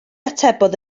atebodd